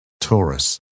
Taurus